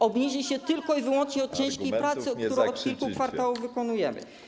Obniżą się tylko i wyłącznie dzięki ciężkiej pracy, którą od kilku kwartałów wykonujemy.